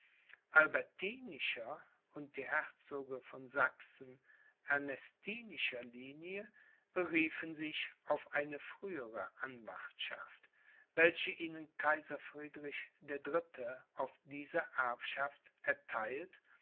albertinischer und die herzoge von sachsen ernestinischer linie beriefen sich auf eine frühere anwartschaft welche ihnen kaiser friedrich der dritte auf diese erbschaft ertheilt